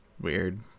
weird